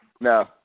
No